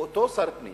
הוא אותו שר פנים